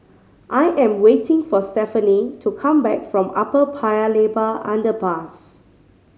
I am waiting for Stefanie to come back from Upper Paya Lebar Underpass